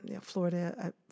Florida